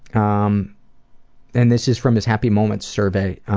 um then this is from his happy moments survey.